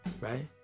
Right